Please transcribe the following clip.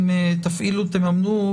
אם תממנו,